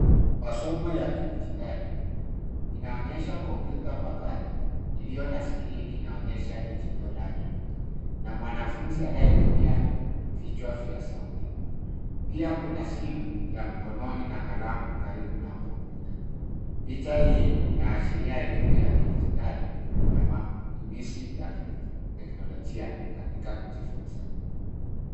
Masomo ya kidijitali inaonyesha kompyuta mpakato, iliyo na skrini inaonyesha [c]Digital Learning na mwanafunzi anayetumia vichwa vya sauti. Pia kuna simu ya mkononi na kalamu karibu na kompyuta. Picha hii inaashiria elimu ya kidijitali na matumizi ya kiteknolojia katika kujifunza.